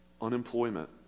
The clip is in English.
unemployment